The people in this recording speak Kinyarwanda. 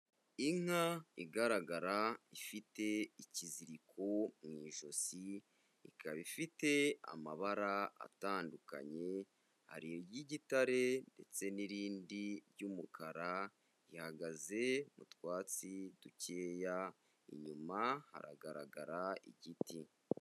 Inka igaragara ifite ikiziriko mu ijosi, ikaba ifite amabara atandukanye y'igitare ndetse n'irindi ry'umukara, ihagaze mu twatsi dukeya, inyuma haragaragara igiti.